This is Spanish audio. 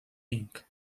inc